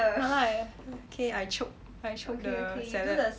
I like eh I chope I chope the salad